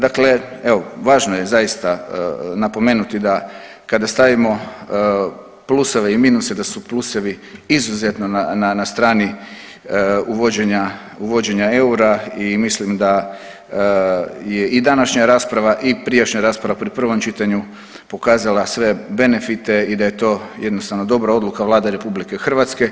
Dakle, evo važno je zaista napomenuti da kada stavimo pluseve i minuse, da su plusevi izuzetno na strani uvođenja eura i mislim da je i današnja rasprava i prijašnja rasprava pri prvom čitanju pokazala sve benefite i da je to jednostavno dobra odluka Vlade Republike Hrvatske.